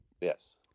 Yes